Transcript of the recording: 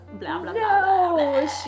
no